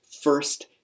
first